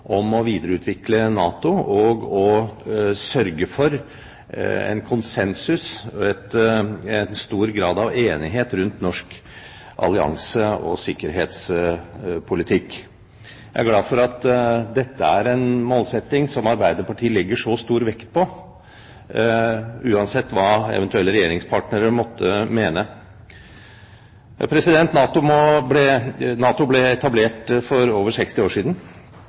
om å videreutvikle NATO og å sørge for en konsensus, en stor grad av enighet rundt norsk allianse og sikkerhetspolitikk. Jeg er glad for at dette er en målsetting som Arbeiderpartiet legger så stor vekt på, uansett hva eventuelle regjeringspartnere måtte mene. NATO ble etablert for over 60 år siden